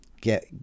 get